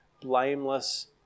blameless